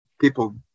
people